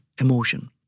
emotion